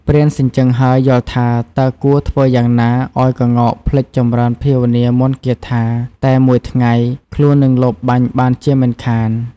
ព្រានសញ្ជឹងហើយយល់ថា តើគួរធ្វើយ៉ាងណាឱ្យក្ងោកភ្លេចចម្រើនភាវនាមន្ដគាថាតែមួយថ្ងៃ ខ្លួននឹងលបបាញ់បានជាមិនខាន ។